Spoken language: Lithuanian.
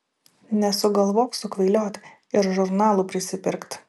nesugalvok sukvailiot ir žurnalų prisipirkt